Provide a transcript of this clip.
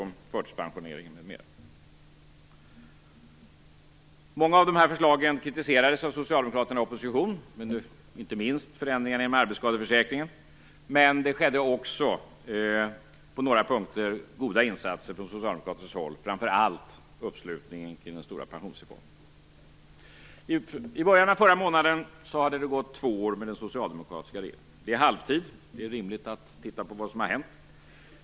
Många av dessa förslag kritiserades av Socialdemokraterna i opposition, inte minst förändringarna inom arbetsskadeförsäkringen. Men på några punkter skedde också goda insatser från socialdemokratiskt håll, framför allt vad gäller uppslutningen kring den stora pensionsreformen. I början av förra månaden hade två år gått med den socialdemokratiska regeringen. Det är halvtid och rimligt att se vad som har hänt.